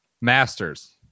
Masters